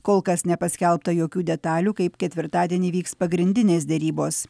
kol kas nepaskelbta jokių detalių kaip ketvirtadienį vyks pagrindinės derybos